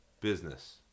business